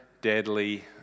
deadly